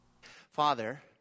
Father